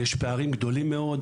יש פערים גדולים מאוד,